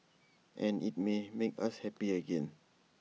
and IT may even make us happy again